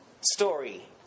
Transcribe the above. story